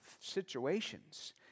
situations